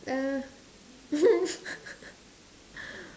uh